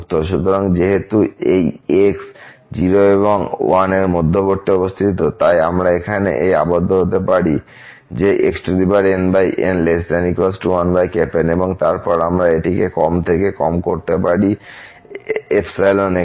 সুতরাং যেহেতু এই x 0 এবং 1 এর মধ্যে অবস্থিত তাই আমরা এখানে এই আবদ্ধ হতে পারি যে xnn1n এবং তারপর আমরা এটিকে কম থেকে কম করতে পারি এখানে